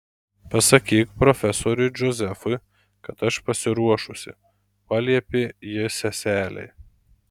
pasakyk profesoriui džozefui kad aš pasiruošusi paliepė ji seselei